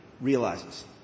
realizes